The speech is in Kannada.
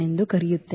ಎಂದು ಕರೆಯುತ್ತೇವೆ